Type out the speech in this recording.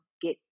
get